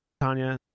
Tanya